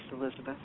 Elizabeth